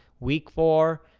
week four,